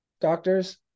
doctors